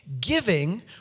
giving